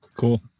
Cool